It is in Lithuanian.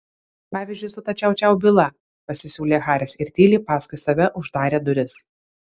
pavyzdžiui su ta čiau čiau byla pasisiūlė haris ir tyliai paskui save uždarė duris